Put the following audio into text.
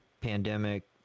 pandemic